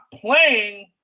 playing